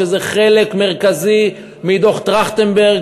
שזה חלק מרכזי מדוח טרכטנברג,